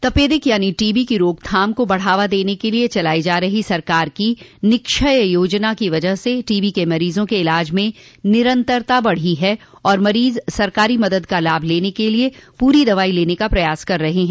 तपेदिक यानी टीबी की रोकथाम को बढ़ावा देने के लिये चलाई जा रही सरकार की निक्षय योजना की वजह से टीबी के मरीजों के इलाज में निरन्तरता बढ़ी है और मरीज सरकारी मदद का लाभ लेने के लिये पूरी दवाई लेने का प्रयास कर रहे हैं